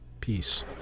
Peace